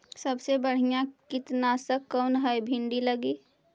सबसे बढ़िया कित्नासक कौन है भिन्डी लगी?